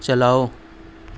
چلاؤ